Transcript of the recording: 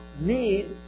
need